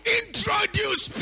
introduce